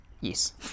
yes